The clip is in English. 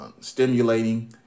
stimulating